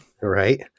Right